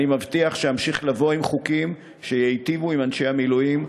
אני מבטיח שאמשיך לבוא עם חוקים שייטיבו עם אנשי המילואים,